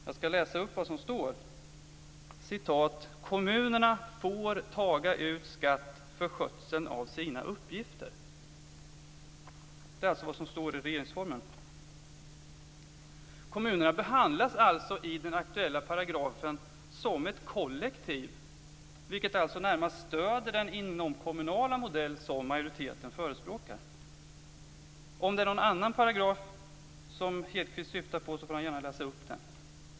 Jag skall läsa upp vad som står: "Kommunerna får taga ut skatt för skötseln av sina uppgifter." Det är alltså vad som står i regeringsformen. Kommunerna behandlas alltså i den aktuella paragrafen som ett kollektiv, vilket närmast stöder den inomkommunala modell som majoriteten förespråkar. Om det är någon annan paragraf som Hedquist syftar på får han gärna läsa upp den.